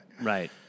Right